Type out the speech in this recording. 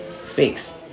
speaks